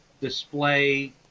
display